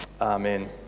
Amen